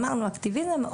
אמרנו אקטיביזם?